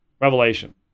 revelation